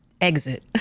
exit